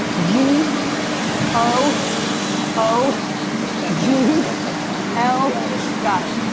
ah g o o g l got it. got it.